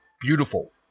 beautiful